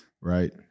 Right